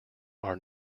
are